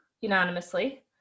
unanimously